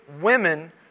women